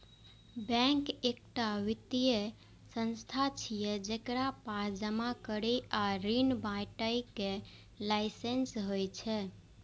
bank एकटा वित्तीय संस्थान छियै, जेकरा पास जमा करै आ ऋण बांटय के लाइसेंस होइ छै